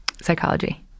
psychology